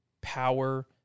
power